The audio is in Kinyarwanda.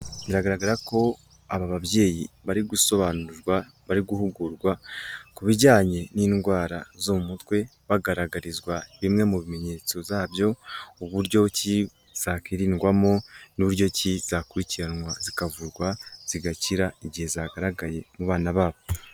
Biragaragara ko aba babyeyi bari gusobanurirwa bari guhugurwa ku bijyanye n'indwara zo mu mutwe, bagaragarizwa bimwe mu bimenyetso zabyo, uburyo ki zakwirindwamo n'uburyo ki zakurikiranwa zikavurwa zigakira, igihe zagaragaye mu bana babo.